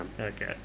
Okay